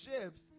ships